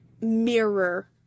mirror